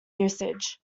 usage